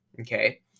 okay